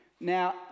Now